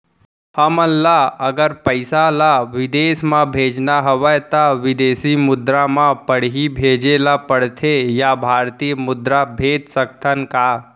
हमन ला अगर पइसा ला विदेश म भेजना हवय त विदेशी मुद्रा म पड़ही भेजे ला पड़थे या भारतीय मुद्रा भेज सकथन का?